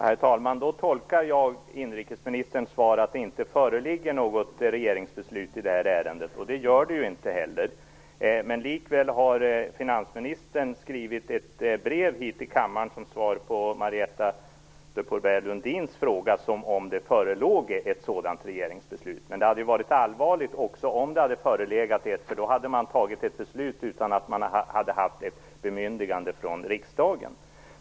Herr talman! Då tolkar jag inrikesministerns svar som att det inte föreligger något regeringsbeslut i det här ärendet, och det gör det ju inte heller. Likväl har finansministern skrivit ett brev hit till kammaren som svar på Marietta de Pourbaix-Lundins fråga som om det förelåg ett sådant regeringsbeslut. Men det hade varit allvarligt om det hade förelegat ett beslut, för då hade det fattats utan att man hade haft ett bemyndigande från riksdagen.